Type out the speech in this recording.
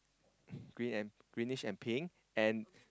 green greenish and pink and